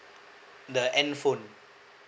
the N phone